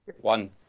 One